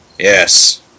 Yes